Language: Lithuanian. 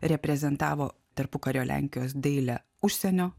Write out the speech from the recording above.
reprezentavo tarpukario lenkijos dailę užsienio